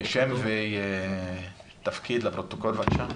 שם ותפקיד לפרוטוקול, בבקשה.